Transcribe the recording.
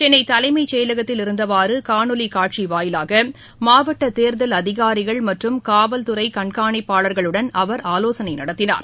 சென்னை தலைமை செயலகத்தில் இருந்தவாறு காணொலி காட்சி வாயிலாக மாவட்ட தேர்தல் அதிகாரிகள் மற்றும் காவல் துறை கண்காணிப்பாளர்களுடன் அவர் ஆலோசனை நடத்தினார்